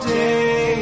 day